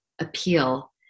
appeal